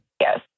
Yes